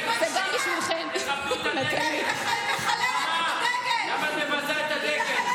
למה אתם מבזים את הדגל?